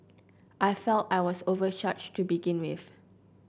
I felt I was overcharged to begin with